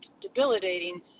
debilitating